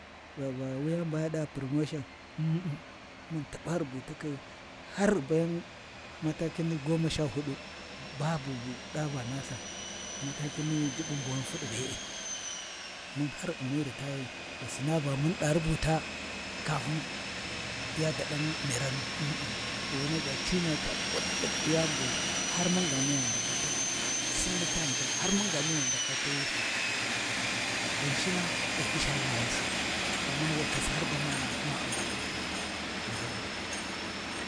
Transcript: Va va wuyani baya ɗaa promotion umm-umm mun ghi taba rubuta-kayu, har ghi bayan matakin ni goma sha Hudu babu bu ɗa va naltha, matakin ni Jubb boni fudi be’e mun har ghi U’mi ritayai, ghi Sina Va mun ɗa rubuta kafin ya daɗan miranu umm-umm to wunau ga ca wut daga di yani bu har munga miya ghi ndaka ga tawaa, Sinni tani ga har munga miyau ghi ndaka tawusu, Ghinshina ai gyisha Layasi, amma wulthasi har gwamana’a ma U’ma khin lthini ghi ngilmi.